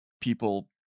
people